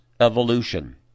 evolution